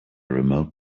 remote